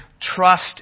trust